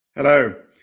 Hello